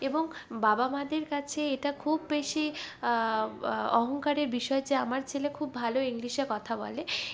এবং বাবা মাদের কাছে এটা খুব বেশি অহংকারের বিষয় যে আমার ছেলে খুব ভালো ইংলিশে কথা বলে